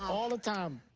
all the time.